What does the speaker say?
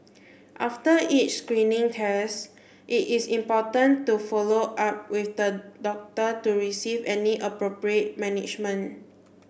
after each screening test it is important to follow up with the doctor to receive any appropriate management